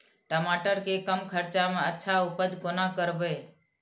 टमाटर के कम खर्चा में अच्छा उपज कोना करबे?